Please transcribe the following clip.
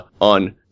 on